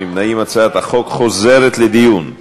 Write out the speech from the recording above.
ההצעה להעביר את הצעת חוק שירות ביטחון